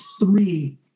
three